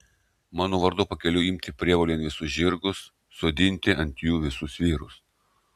mano vardu pakeliui imti prievolėn visus žirgus sodinti ant jų visus vyrus